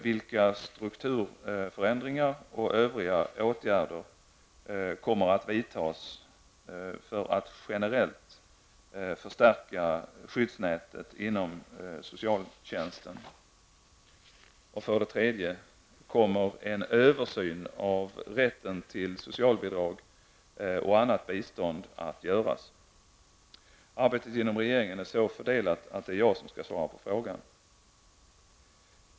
Vilka strukturförändringar och övriga åtgärder kommer att vidtas för att generellt förstärka skyddsnätet inom socialtjänsten? 3. Kommer en översyn av rätten till socialbidrag och annat bistånd att göras? Arbetet inom regeringen är så fördelat att det är jag som skall svara på interpellationen.